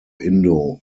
indo